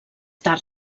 tard